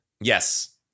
Yes